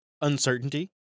uncertainty